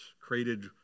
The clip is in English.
created